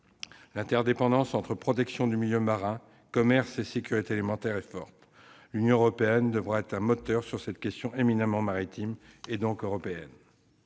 L'interdépendance entre protection du milieu marin, commerce et sécurité alimentaire est forte. L'Union devrait être un moteur sur cette question éminemment maritime et européenne.